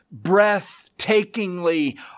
breathtakingly